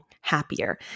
happier